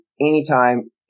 anytime